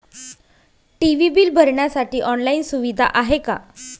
TV bill भरण्यासाठी online सुविधा आहे का?